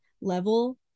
level